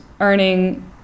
earning